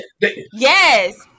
Yes